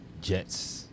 Jets